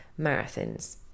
marathons